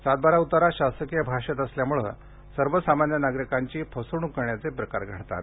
सात बारा उतारा शासकीय भाषेत असल्याम्ळे सर्वसामान्य नागरिकांची फसवणूक करण्याचे प्रकार घडतात